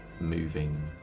moving